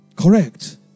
correct